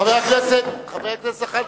מה אתה רוצה, מדינה דו-לאומית, חבר הכנסת זחאלקה,